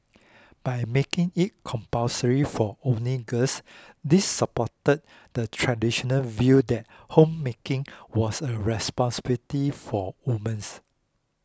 by making it compulsory for only girls this supported the traditional view that homemaking was a responsibility for women